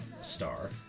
star